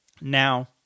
Now